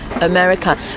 America